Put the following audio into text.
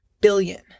billion